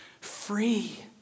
free